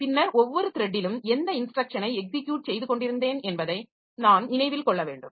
பின்னர் ஒவ்வொரு த்ரெட்டிலும் எந்த இன்ஸ்ட்ரக்ஷனை எக்ஸிக்யுட் செய்து கொண்டிருந்தேன் என்பதை நான் நினைவில் கொள்ள வேண்டும்